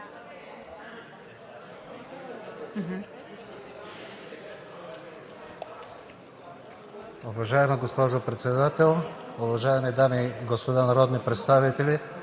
Уважаема госпожо Председател, уважаеми дами и господа народни представители!